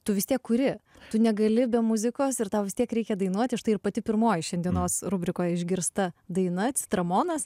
tu vis tiek kuri tu negali be muzikos ir tau vis tiek reikia dainuoti štai ir pati pirmoji šiandienos rubrikoj išgirsta daina citramonas